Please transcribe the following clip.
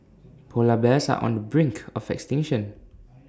Polar Bears are on the brink of extinction